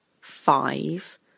five